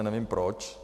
Nevím proč.